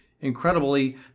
incredibly